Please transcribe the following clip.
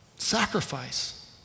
sacrifice